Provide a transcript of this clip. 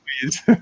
please